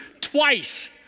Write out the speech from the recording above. twice